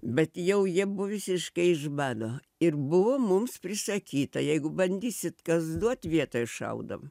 bet jau jie visiškai iš bado ir buvo mums prisakyta jeigu bandysit kas duot vietoj šaudom